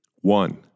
One